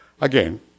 Again